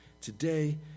today